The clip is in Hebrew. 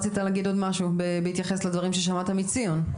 רתה רצית להגיד עוד משהו בהתייחס לדברים ששמעת מציון?